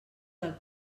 del